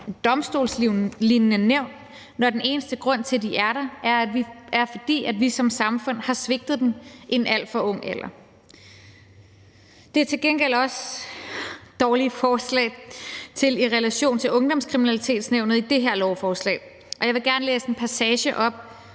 domstolslignende nævn, når den eneste grund til, at de er der, er, at vi som samfund har svigtet dem i en alt for ung alder. Det er til gengæld også et dårligt forslag set i relation til Ungdomskriminalitetsnævnet i det her lovforslag. Jeg vil gerne læse en passage op